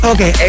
Okay